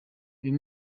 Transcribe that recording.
uyu